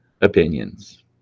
opinions